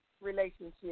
relationship